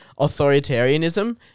authoritarianism